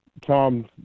Tom